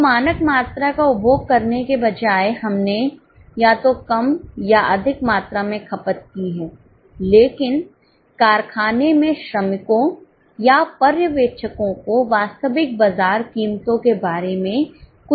तो मानक मात्रा का उपभोग करने के बजाय हमने या तो कम या अधिक मात्रा में खपत की है लेकिन कारखाने में श्रमिकों या पर्यवेक्षकों को वास्तविक बाजार कीमतों के बारे में कुछ भी नहीं पता है